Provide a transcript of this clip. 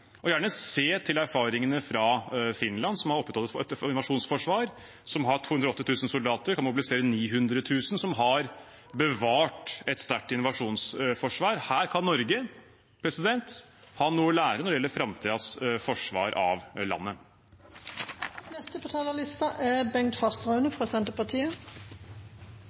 og gjerne se til erfaringene fra Finland, som har opprettholdt et invasjonsforsvar, som har 280 000 soldater og kan mobilisere 900 000, og som har bevart et sterkt invasjonsforsvar. Her kan Norge ha noe å lære når det gjelder framtidens forsvar av landet.